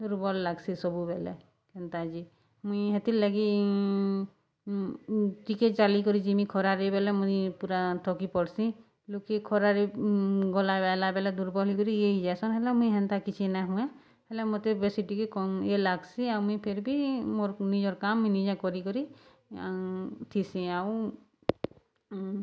ଦୁର୍ବଲ୍ ଲାଗ୍ସି ସବୁବେଲେ କେନ୍ତା ଯେ ମୁଇଁ ହେଥିର୍ ଲାଗି ଟିକେ ଚାଲିକରି ଯିମି ଖରାରେ ବେଲେ ମୁଇଁ ପୁରା ଥକି ପଡ଼୍ସି ଲୋକେ୍ ଖରାରେ ଗଲା ଆଏଲା ବେଲ୍କେ ଦୁର୍ବଲ୍ ହେଇକରି ଇଏ ହେଇଯାଏସନ୍ ହେଲେ ମୁଇଁ ହେନ୍ତା କିଛି ନା ହୁଏ ହେଲେ ମତେ ବେଶୀ ଟିକେ କମ୍ ଇଏ ଲାଗ୍ସି ଆଉ ମୁଇଁ ଫେର୍ ବି ମୋର୍ ନିଜର୍ କାମ୍ ନିଜେ କରି କରି ଥିସି ଆଉ